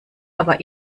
aber